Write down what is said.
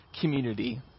community